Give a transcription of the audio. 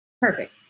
Perfect